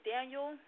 Daniel